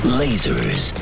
lasers